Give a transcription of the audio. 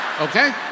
Okay